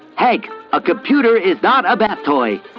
like a computer is not a bath toy.